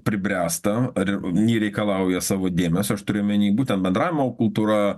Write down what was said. pribręsta ar ir nei reikalauja savo dėmesio aš turiu omeny būtent bendravimo kultūra